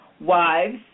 Wives